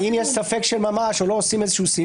אם יש ספק של ממש או לא עושים סינון,